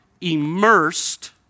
Immersed